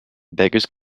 beggars